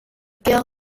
cœur